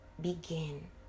begin